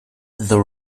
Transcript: the